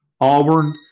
Auburn